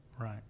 right